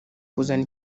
kuzana